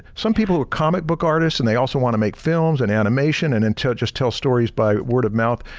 some people who are comic book artist and they also wanna make films and animation and and then just tell stories by word of mouth,